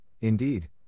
indeed